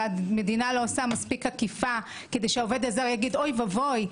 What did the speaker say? והמדינה לא עושה מספיק אכיפה כדי שהעובד הזר יגיד אוי ואבוי,